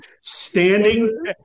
standing